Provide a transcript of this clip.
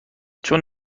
چون